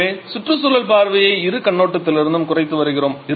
எனவே சுற்றுச்சூழல் பார்வையை இரு கண்ணோட்டத்திலிருந்தும் குறைத்து வருகிறோம்